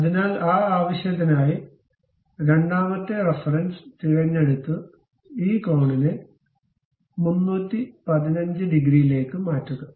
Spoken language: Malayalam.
അതിനാൽ ആ ആവശ്യത്തിനായി രണ്ടാമത്തെ റഫറൻസ് തിരഞ്ഞെടുത്ത് ഈ കോണിനെ 315 ഡിഗ്രിയിലേക്ക് മാറ്റുക